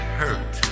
hurt